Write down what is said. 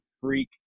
freak